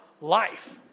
life